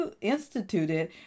instituted